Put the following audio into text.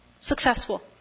successful